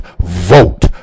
Vote